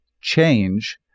change